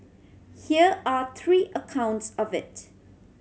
here are three accounts of it